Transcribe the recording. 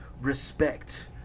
respect